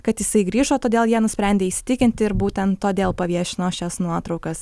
kad jisai grįžo todėl jie nusprendė įsitikinti ir būtent todėl paviešino šias nuotraukas